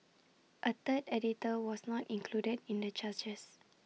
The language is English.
A third editor was not included in the charges